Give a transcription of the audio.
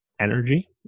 energy